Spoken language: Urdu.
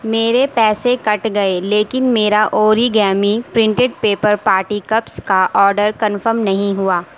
میرے پیسے کٹ گئے لیکن میرا origami printed paper party cups کا آڈر کنفم نہیں ہوا